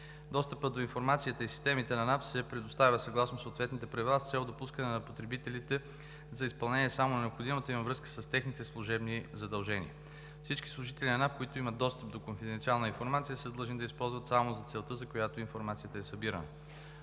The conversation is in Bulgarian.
Достъпът до информацията и системите на НАП се предоставя съгласно съответните правила, с цел допускане на потребителите за изпълнение само на необходимото им във връзка с техните служебни задължения. Всички служители на НАП, които имат достъп до конфиденциална информация, са длъжни да я използват само за целта, за която е събирана.